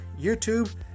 YouTube